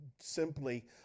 simply